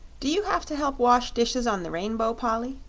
do you have to help wash dishes on the rainbow, polly?